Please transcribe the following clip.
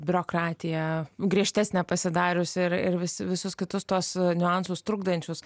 biurokratija griežtesnė pasidariusi ir ir visi visus kitus tuos niuansus trukdančius